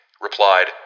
replied